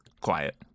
quiet